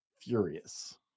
furious